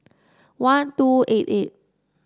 one two eight eight